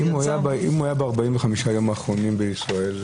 אם הוא היה ב-45 הימים האחרונים בישראל,